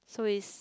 so is